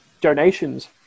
donations